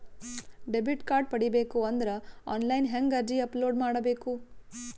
Debit card ಪಡಿಬೇಕು ಅಂದ್ರ online ಹೆಂಗ್ ಅರ್ಜಿ ಅಪಲೊಡ ಮಾಡಬೇಕು?